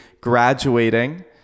graduating